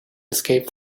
escape